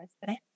today